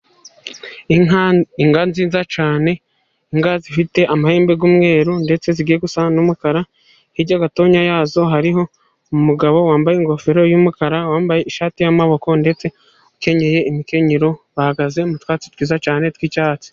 Inka inka nziza cyane, inka zifite amahembe y'umweru ndetse zigiye gusa n'umukara, hirya gatonya yazo hariho umugabo wambaye ingofero yumukara wambaye ishati y'amaboko ndetse ukenyeye imikenyero bahagaze mu twatsi twiza cyane tw'icyatsi.